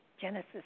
Genesis